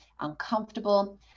uncomfortable